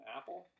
Apple